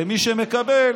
ומי שמקבל,